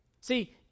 See